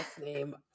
name